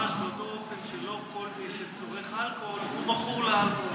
ממש באותו האופן שלא כל מי שצורך אלכוהול הוא מכור לאלכוהול.